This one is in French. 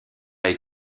est